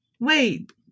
Wait